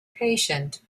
patient